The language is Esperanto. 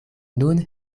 nun